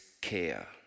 care